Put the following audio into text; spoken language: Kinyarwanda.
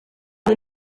iyi